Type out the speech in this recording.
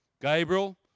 Gabriel